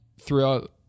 throughout